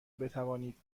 بتوانید